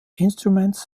instruments